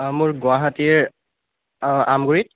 অঁ মোৰ গুৱাহাটীৰ অঁ আমগুৰিত